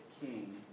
king